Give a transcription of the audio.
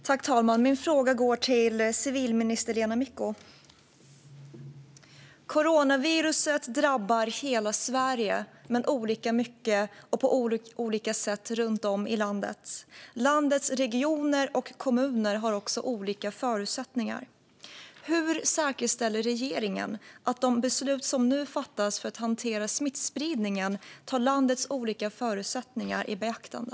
Herr talman! Min fråga går till civilminister Lena Micko. Coronaviruset drabbar hela Sverige, men olika mycket och på olika sätt runt om i landet. Landets regioner och kommuner har också olika förutsättningar. Hur säkerställer regeringen att de beslut som nu fattas för att hantera smittspridningen tar landets olika förutsättningar i beaktande?